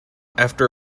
after